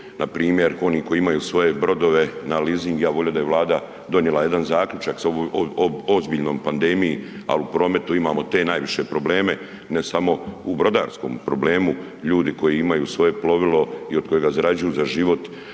npr. oni koji imaju svoje brodove na leasing, ja bi volio da je Vlada donijela jedan zaključak o ozbiljnoj pandemiji, ali u prometu imamo te najviše probleme, ne samo u brodarskom problemu, ljudi koji imaju svoje plovilo i od kojega zarađuju za život